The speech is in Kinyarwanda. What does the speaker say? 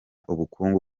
ubukungu